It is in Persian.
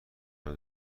همه